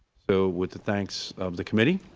so with thanks of the committee,